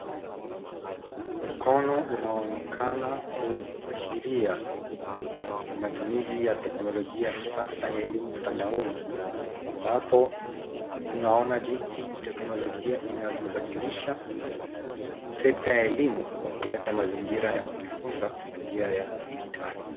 Mkono unaoonekana kuashiria matumizi ya teknolojia ya kisasa ya elimu mtandaoni, ambapo tunaona jinsi teknolojia inavyobadilisha sekta ya elimu kwa kuleta mazingira ya kujifunza kwa njia ya kidijitali.